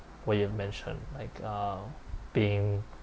what you've mentioned like uh being